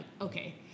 okay